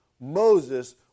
Moses